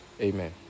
Amen